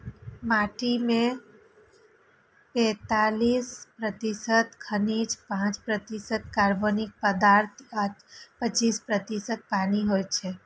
माटि मे पैंतालीस प्रतिशत खनिज, पांच प्रतिशत कार्बनिक पदार्थ आ पच्चीस प्रतिशत पानि होइ छै